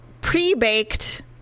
pre-baked